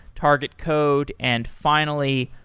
target code, and finally,